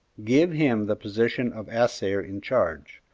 give him the position of assayer in charge.